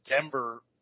Denver